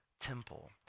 temple